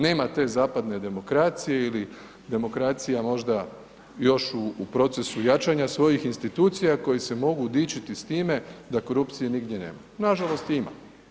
Nema te zapadne demokracije ili demokracija možda još u procesu jačanja svojih institucija koje se mogu dičiti s time da korupcije nigdje nema, nažalost je ima.